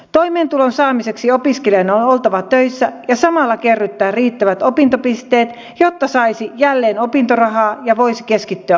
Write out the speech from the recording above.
toimeentulon saamiseksi opiskelijan on oltava töissä ja samalla kerrytettävä riittävät opintopisteet jotta saisi jälleen opintorahaa ja voisi keskittyä opintoihin